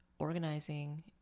organizing